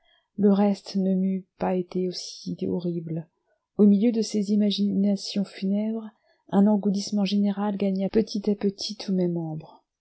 le reste ne m'eût pas été si horrible au milieu de ces imaginations funèbres un engourdissement général gagna petit à petit tous mes membres